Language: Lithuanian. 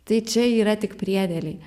tai čia yra tik priedėliai